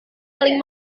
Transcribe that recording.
paling